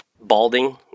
Balding